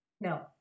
No